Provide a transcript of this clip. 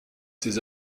ses